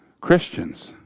Christians